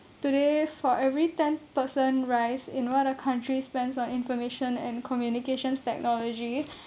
today for every tenth person raised in one of the countries spends on information and communications technology